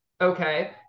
okay